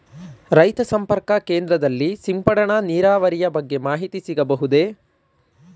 ರೈತ ಸಂಪರ್ಕ ಕೇಂದ್ರದಲ್ಲಿ ಸಿಂಪಡಣಾ ನೀರಾವರಿಯ ಬಗ್ಗೆ ಮಾಹಿತಿ ಸಿಗಬಹುದೇ?